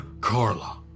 Carla